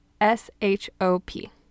S-H-O-P